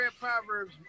Proverbs